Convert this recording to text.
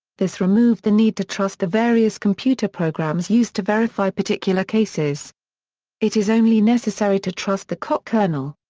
this removed the need to trust the various computer programs used to verify particular cases it is only necessary to trust the coq kernel.